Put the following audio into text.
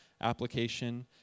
application